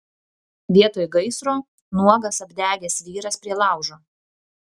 vietoj gaisro nuogas apdegęs vyras prie laužo